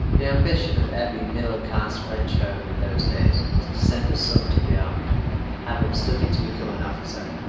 the ambition of every middle-class french home, in those days, was to send a son to the army have him study to become an officer.